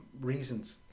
reasons